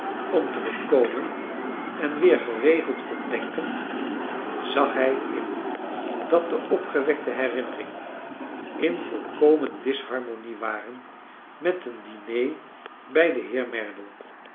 om te bekomen en weer geregeld kon denken zag hij in dat de opgewekte herinneringen in volkomen disharmonie waren met een diner bij den heer merdle